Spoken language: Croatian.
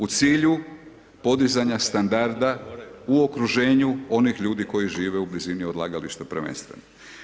U cilju podizanja standarda u okruženju onih ljudi koji žive u blizini odlagališta prvenstveno.